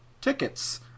tickets